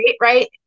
right